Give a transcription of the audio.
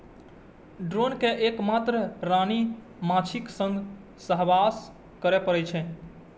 drone कें एक मात्र रानी माछीक संग सहवास करै पड़ै छै